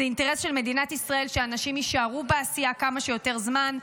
זה אינטרס של מדינת ישראל שאנשים יישארו בעשייה כמה שיותר זמן,